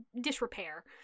disrepair